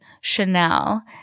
Chanel